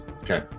Okay